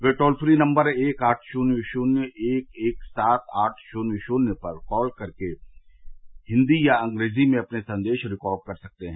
ये toll free number एक आठ शुन्य शुन्य एक एक सात आठ शून्य शून्य पर कॉल करके हिन्दी या अंग्रेजी में अपने संदेश रिकॉर्ड कर सकते हैं